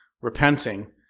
repenting